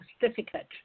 certificate